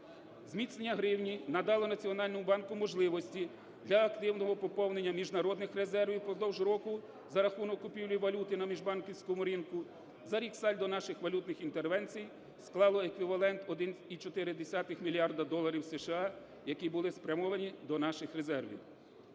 Зміцнення гривні надало Національному банку можливості для активного поповнення міжнародних резервів впродовж року за рахунок купівлі валюти на міжбанківському ринку. За рік сальдо наших валютних інтервенцій склало еквівалент 1,4 мільярди доларів США, які були спрямовані до наших резервів.